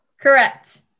Correct